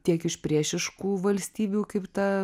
tiek iš priešiškų valstybių kaip ta